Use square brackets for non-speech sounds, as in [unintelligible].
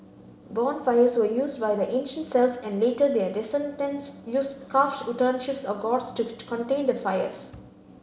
bonfires were used by the ancient Celts and later their descendents used carved [unintelligible] or gourds to to contain the fires